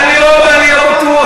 אני דווקא הצלחתי.